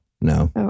no